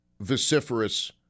vociferous